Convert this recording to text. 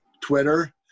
Twitter